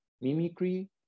mimicry